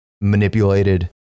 manipulated